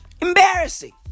Embarrassing